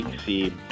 See